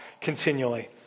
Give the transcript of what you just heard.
continually